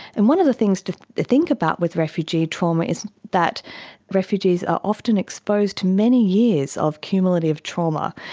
and one of the things to think about with refugee trauma is that refugees are often exposed to many years of cumulative trauma,